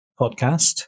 podcast